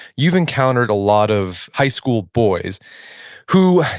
you've encountered a lot of high school boys who,